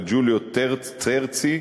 וג'וליו טרצי,